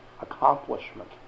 accomplishment